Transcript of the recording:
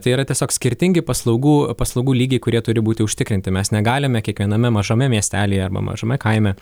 tai yra tiesiog skirtingi paslaugų paslaugų lygiai kurie turi būti užtikrinti mes negalime kiekviename mažame miestelyje arba mažame kaime